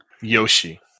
Yoshi